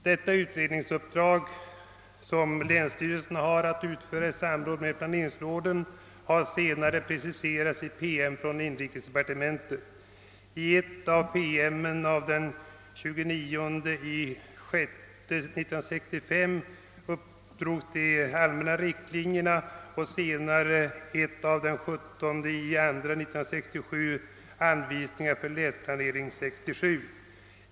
Detta utredningsuppdrag, som länsstyrelserna har att utföra i samråd med pia: neringsråden, har senare preciserats i PM från inrikesdepartementet. I en av dessa PM, daterad den 29 juni 1965, uppdrogs de allmänna riktlinjerna och senare i en PM av den 17 februari 1967 anvisningar för »länsplanering 67».